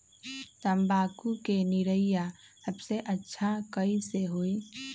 तम्बाकू के निरैया सबसे अच्छा कई से होई?